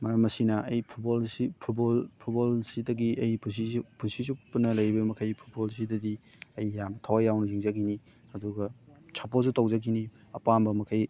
ꯃꯔꯝ ꯑꯁꯤꯅ ꯑꯩ ꯐꯨꯠꯕꯣꯜꯁꯤ ꯐꯨꯠꯕꯣꯜ ꯐꯨꯠꯕꯣꯜꯁꯤꯗꯒꯤ ꯑꯩ ꯄꯨꯟꯁꯤꯁꯤ ꯄꯨꯟꯁꯤ ꯆꯨꯞꯄꯅ ꯂꯩꯔꯤꯕ ꯃꯈꯩ ꯐꯨꯠꯕꯣꯜꯁꯤꯗꯗꯤ ꯑꯩ ꯌꯥꯝꯅ ꯊꯋꯥꯏ ꯌꯥꯎꯅ ꯌꯦꯡꯖꯈꯤꯅꯤ ꯑꯗꯨꯒ ꯁꯞꯄꯣꯔꯠꯁꯨ ꯇꯧꯖꯈꯤꯅꯤ ꯑꯄꯥꯝꯕ ꯃꯈꯩ